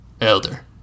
Elder